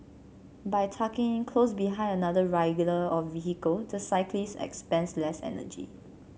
by tucking in close behind another a rider or vehicle the cyclist expends less energy